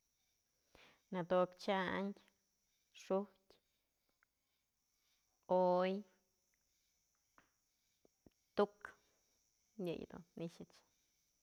Nëdo'okë chyandë xu'ujtyë, oyë, tuk yëyë dun i'ixëch.